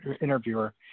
interviewer